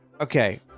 Okay